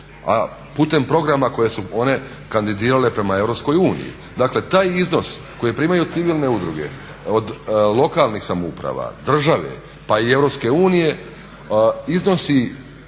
a putem programa koje su one kandidirale prema Europskoj uniji. Dakle taj iznos koji primaju civilne udruge od lokalnih samouprava, države pa i Europske